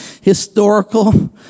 historical